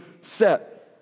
set